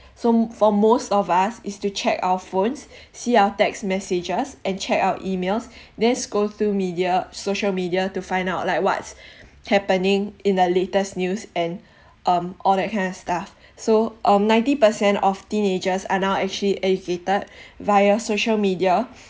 so for most of us is to check our phones see our text messages and check our emails next go to media social media to find out like what's happening in the latest news and um all that kind of stuff so um ninety percent of teenagers are now actually educated via social media